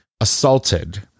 assaulted